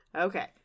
Okay